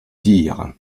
dire